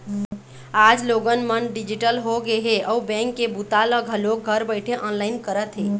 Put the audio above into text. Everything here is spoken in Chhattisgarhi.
आज लोगन मन डिजिटल होगे हे अउ बेंक के बूता ल घलोक घर बइठे ऑनलाईन करत हे